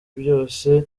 byose